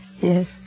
Yes